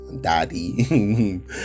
daddy